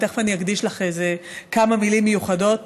ותכף אני אקדיש לך כמה מילים מיוחדות,